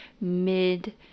mid